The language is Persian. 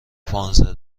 پانزده